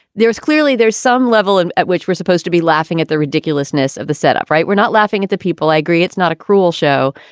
there's clearly there's some level and at which we're supposed to be laughing at the ridiculousness of the setup. right. we're not laughing at the people. i agree. it's not a cruel show,